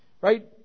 Right